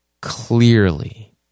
clearly